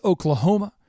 Oklahoma